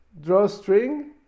drawstring